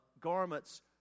garments